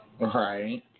Right